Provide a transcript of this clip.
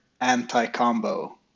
anti-combo